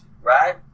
Right